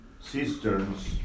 cisterns